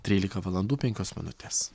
trylika valandų penkios minutės